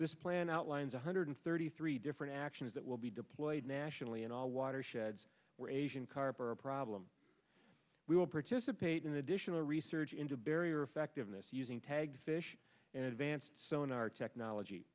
this plan outlines one hundred thirty three different actions that will be deployed nationally and all watersheds were asian carp are a problem we will participate in additional research into barrier effectiveness using tags fish and advanced sonar technology